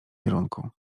kierunku